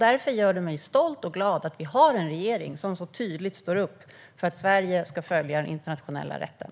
Därför gör det mig stolt och glad att vi har en regering som så tydligt står upp för att Sverige ska följa den internationella rätten.